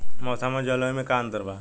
मौसम और जलवायु में का अंतर बा?